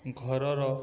ଘରର